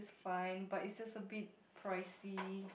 fine but it's just a bit pricey